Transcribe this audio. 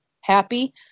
Happy